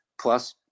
plus